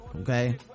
okay